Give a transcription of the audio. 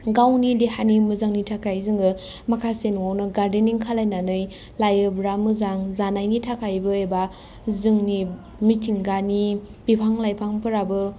गावनि देहानि मोजांनि थाखाय जोङो माखासे न'वावनो गार्देनिं खालायनानै लायोब्ला मोजां जानायनि थाखायबो एबा जोंनि मिथिंगानि बिफां लाइफां फोराबो